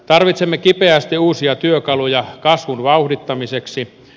tarvitsemme kipeästi uusia työkaluja kasvun vauhdittamiseksi